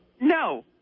No